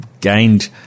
gained